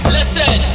Listen